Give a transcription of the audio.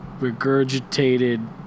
Regurgitated